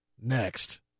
Next